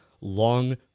long